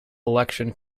election